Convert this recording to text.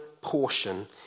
portion